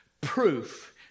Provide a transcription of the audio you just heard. proof